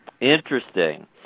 Interesting